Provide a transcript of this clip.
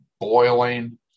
boiling